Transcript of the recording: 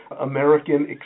American